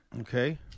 Okay